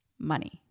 Money